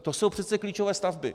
To jsou přece klíčové stavby.